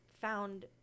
found